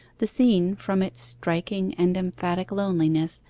the scene, from its striking and emphatic loneliness,